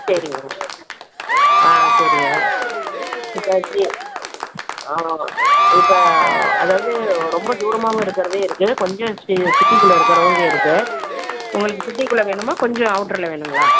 சரிங்க ஆ சரிங்க இப்போ சி ஆ இப்போ அதாாவது ரொம்ப தூரமாவும் இருக்கிறதே இருக்குது கொஞ்சம் சிட்டிக்குள்ளே இருக்கிறவுந்தே இருக்குது உங்களுக்கு சிட்டிக்குள்ளே வேணுமோ கொஞ்சம் அவுட்டரில் வேணுங்களா